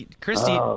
Christy